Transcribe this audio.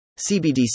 CBDC